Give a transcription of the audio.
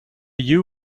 you